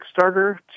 Kickstarter